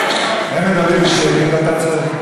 חברים, הם מדברים בשקט ואתה צועק.